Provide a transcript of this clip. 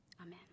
Amen